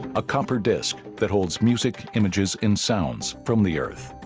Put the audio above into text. a copper disc that holds music images in sounds from the earth